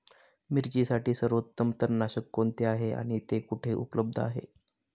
मिरचीसाठी सर्वोत्तम तणनाशक कोणते आहे आणि ते कुठे उपलब्ध आहे?